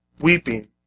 weeping